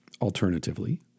alternatively